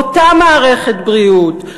באותה מערכת בריאות,